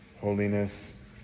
holiness